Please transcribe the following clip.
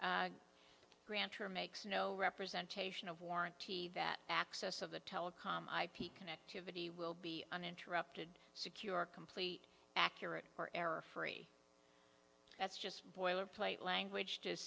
makes no representation of warranty that access of the telecom ip connectivity will be uninterrupted secure complete accurate or error free that's just boilerplate language